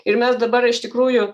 ir mes dabar iš tikrųjų